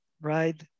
right